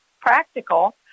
practical